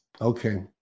Okay